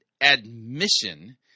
admission